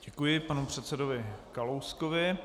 Děkuji panu předsedovi Kalouskovi.